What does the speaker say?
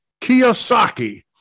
Kiyosaki